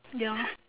ya